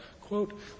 Quote